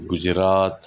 Gujarat